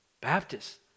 Baptists